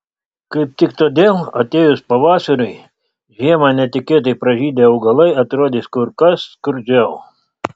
kaip tik todėl atėjus pavasariui žiemą netikėtai pražydę augalai atrodys kur kas skurdžiau